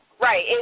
Right